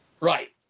Right